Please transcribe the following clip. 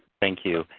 thank you.